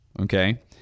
okay